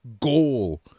goal